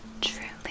Truly